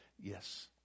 yes